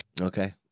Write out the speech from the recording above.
Okay